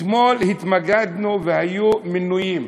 אתמול התנגדנו, והיו מינויים,